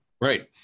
Right